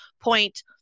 point